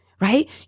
right